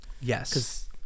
yes